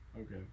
Okay